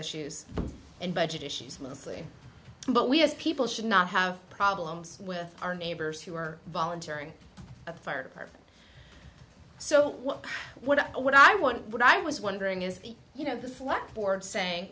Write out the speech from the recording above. issues and budget issues mostly but we as people should not have problems with our neighbors who are volunteering at the fire department so what what i want what i was wondering is you know the fluck board saying